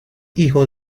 hijo